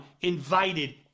invited